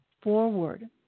forward